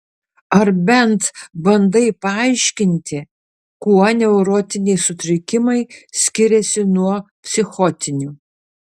ar bent bandai paaiškinti kuo neurotiniai sutrikimai skiriasi nuo psichotinių